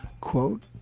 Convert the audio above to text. Quote